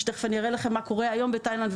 ותיכף אני אראה לכם מה קורה היום בתאילנד,